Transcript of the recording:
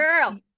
girl